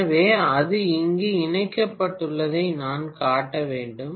எனவே அது இங்கே இணைக்கப்பட்டுள்ளதை நான் காட்ட வேண்டும்